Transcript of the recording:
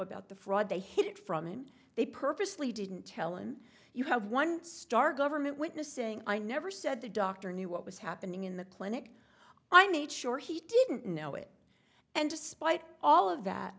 about the fraud they hid it from him they purposely didn't tell and you have one star government witness saying i never said the doctor knew what was happening in the clinic i made sure he didn't know it and despite all of